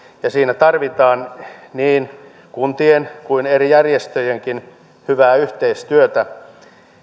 ja siinä tarvitaan niin kuntien kuin eri järjestöjenkin hyvää yhteistyötä